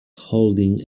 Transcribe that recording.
holding